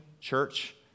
church